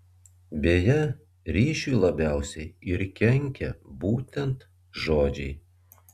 beje ryšiui labiausiai ir kenkia būtent žodžiai